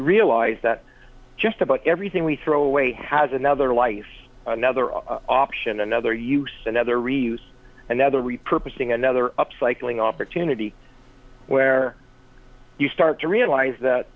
realize that just about everything we throw away has another life another option another use another reverse another repurposing another upcycling opportunity where you start to realize that